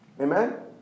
Amen